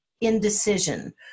indecision